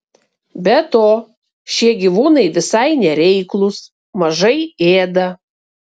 be to šie gyvūnai visai nereiklūs mažai ėda